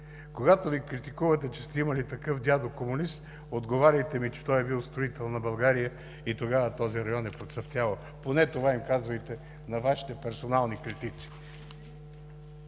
Когато Ви критикуват, че сте имали такъв дядо комунист, отговаряйте им, че той е бил строител на България и тогава този район е процъфтявал. Поне това им казвайте на Вашите персонални критици!